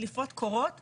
דליפות קורות ואגב,